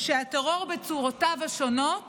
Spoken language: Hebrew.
שהטרור בצורותיו השונות